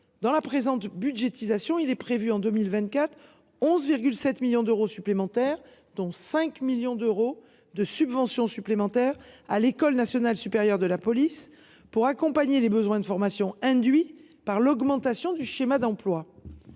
de la présente budgétisation, il est prévu en 2024 11,7 millions d’euros supplémentaires, dont 5 millions d’euros de subventions supplémentaires à l’École nationale supérieure de la police, pour accompagner les besoins de formation induits par l’augmentation du schéma d’emplois.